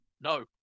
no